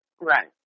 Right